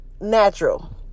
natural